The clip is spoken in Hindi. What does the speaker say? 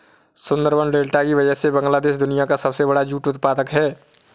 सुंदरबन डेल्टा की वजह से बांग्लादेश दुनिया का सबसे बड़ा जूट उत्पादक है